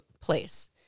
place